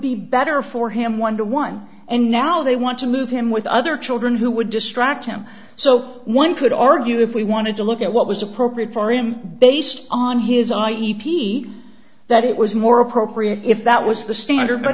be better for him wonder one and now they want to move him with other children who would distract him so one could argue if we wanted to look at what was appropriate for him based on his i e pete that it was more appropriate if that was the standard but